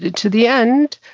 to the end,